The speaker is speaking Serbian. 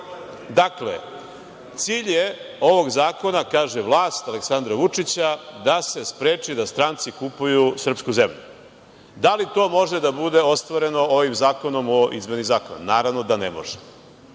Vladi. Dakle, cilj ovog zakona, kaže vlast Aleksandra Vučića, da se spreči da stranci kupuju srpsku zemlju. Da li to može da bude ostvareno ovim zakonom o izmeni zakona? Naravno da ne može.